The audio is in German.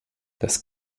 das